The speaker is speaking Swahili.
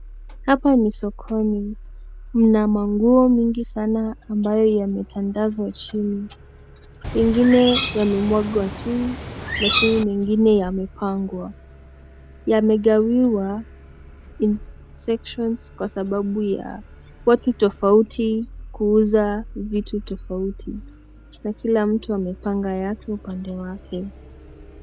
Hapa ni sokoni. Mna manguo mingi sana ambayo yametandazwa chini. Mengine yamemwagwa tu lakini mengine yapangwa. Yamegawiwa in sections kwa sababu ya spoti tofauti kuuza vitu tofauti na kila mtu amepanga yake upande wake.